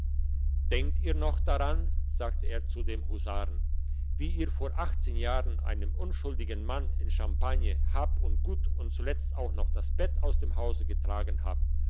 denkt ihr noch daran sagte er zu dem husaren wie ihr vor jahren einem unschuldigen mann in champagne hab und gut und zuletzt auch noch das bett aus dem hause getragen habt